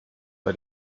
bei